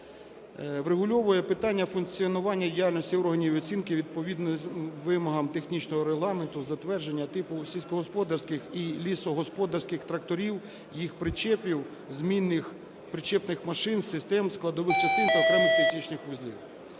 Врегульовує питання функціонування і діяльності органів оцінки відповідно вимогам технічного регламенту, затвердження типу сільськогосподарських і лісогосподарських тракторів, їх причепів, змінних причіпних машин, систем, складових частин та окремих пересічних вузлів.